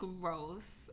gross